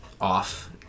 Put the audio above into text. off